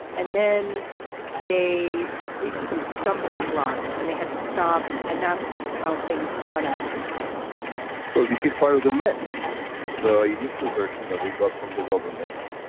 and then they reached some stumbling blocks and they had to stop. and that's how things spun out of control well this is part of the mess the initial version that but we got from the government.